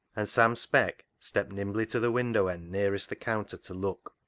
and sam speck stepped nimbly to the window end nearest the counter to look.